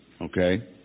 Okay